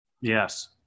Yes